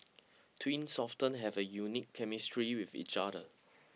twins often have a unique chemistry with each other